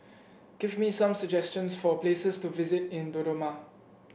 give me some suggestions for places to visit in Dodoma